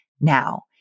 now